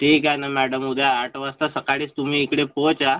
ठीक आहे नं मॅडम उद्या आठ वाजता सकाळीच तुम्ही इकडे पोहोचा